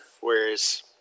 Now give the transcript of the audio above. whereas